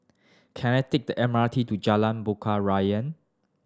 can I take the M R T to Jalan Bunga Raya